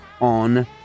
on